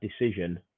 decision